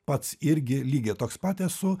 pats irgi lygiai toks pat esu